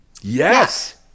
Yes